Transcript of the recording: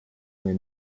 mir